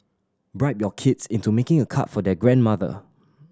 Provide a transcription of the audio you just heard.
bribe your kids into making a card for their grandmother